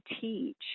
teach